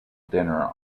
dinner